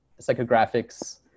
psychographics